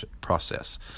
process